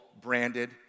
branded